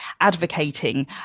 advocating